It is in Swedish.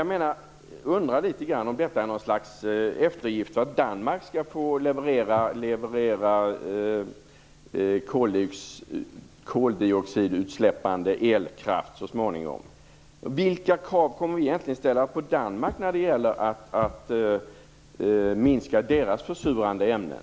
Jag undrar om detta är något slags eftergift för att Danmark skall få leverera koldioxidutsläppande elkraft så småningom. Vilka krav kommer vi egentligen att ställa på Danmark när det gäller att minska deras försurande ämnen?